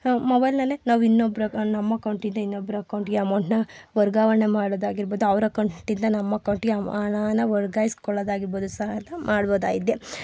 ಮೊಬೈಲ್ನಲ್ಲೇ ನಾವು ಇನ್ನೊಬ್ರು ನಮ್ಮ ಅಕೌಂಟಿಂದ ಇನ್ನೊಬ್ರ ಅಕೌಂಟ್ಗೆ ಅಮೌಂಟ್ನ ವರ್ಗಾವಣೆ ಮಾಡೋದಾಗಿರ್ಬೋದು ಅವರ ಅಕೌಂಟಿಂದ ನಮ್ಮ ಅಕೌಂಟಿಗೆ ಹಣನ ವರ್ಗಾಯಿಸಿಕೊಳ್ಳೋದಾಗಿರ್ಬೋದು ಸಹ ಮಾಡ್ಬೋದಾಗಿದೆ